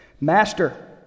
Master